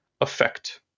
effect